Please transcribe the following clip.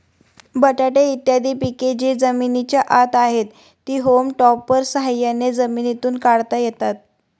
बटाटे इत्यादी पिके जी जमिनीच्या आत आहेत, ती होम टॉपर्सच्या साह्याने जमिनीतून काढता येतात